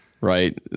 right